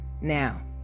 Now